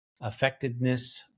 affectedness